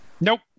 Nope